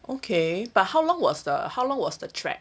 okay but how long was the how long was the trek